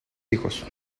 hijos